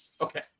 Okay